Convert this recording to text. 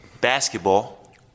basketball